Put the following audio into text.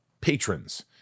patrons